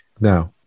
now